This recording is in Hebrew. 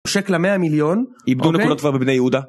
שקל המאה מיליון איבדו נקודות כבר בבני יהודה